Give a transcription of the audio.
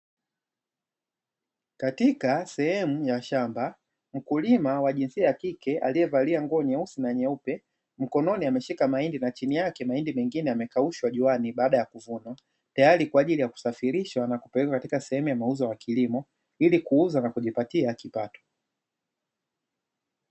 Katika sehemu ya shamba mkulima wa jinsia ya kike aliyevalia nguo nyeusi na nyeupe mkononi ameshika mahindi na chini yake mahindi mengine yamekaushwa juani baada ya kuvuna tayari kwa ajili ya kusafirishwa na kupeleka katika sehemu ya mauzo ya kilimo ili kuuzwa na kujipatia kipato.